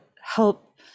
help